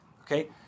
okay